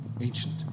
Ancient